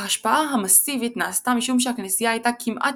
ההשפעה המאסיבית נעשתה משום שהכנסייה הייתה כמעט